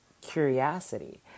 curiosity